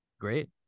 Great